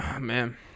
man